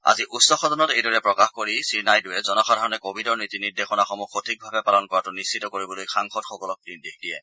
আজি উচ্চ সদনত এইদৰে প্ৰকাশ কৰি শ্ৰীনাইডুৱে জনসাধাৰণে কোভিডৰ নীতি নিৰ্দেশনাসমূহ সঠিকভাৱে পালন কৰাতো নিশ্চিত কৰিবলৈ সাংসদসকলক নিৰ্দেশ দিয়ে